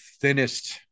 thinnest